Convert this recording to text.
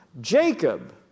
Jacob